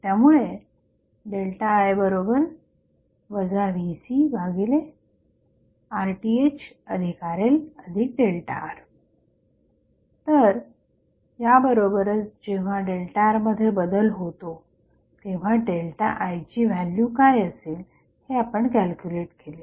त्यामुळे I VcRThRLR तर या बरोबरच जेव्हा ΔR मध्ये बदल होतो तेव्हा ΔI ची व्हॅल्यू काय असेल हे आपण कॅल्क्युलेट केले